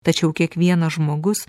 tačiau kiekvienas žmogus